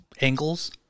angles